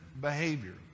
behavior